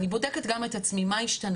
אני בודקת גם את עצמי מה השתנה,